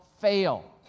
fail